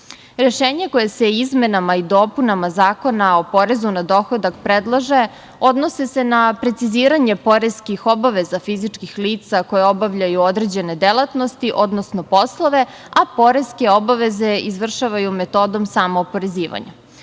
koje se izmenama i dopunama Zakona o porezu na dohodak predlaže, odnose se na preciziranje poreskih obaveza fizičkih lica koja obavljaju određene delatnosti, odnosno poslove, a poreske obaveze izvršavaju metodom samooporezivanja.